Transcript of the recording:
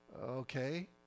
okay